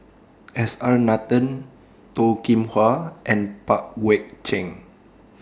S R Nathan Toh Kim Hwa and Pang Guek Cheng